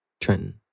Trenton